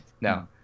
No